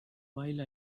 while